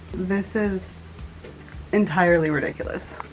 this is entirely ridiculous.